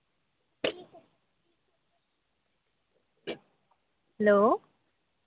hello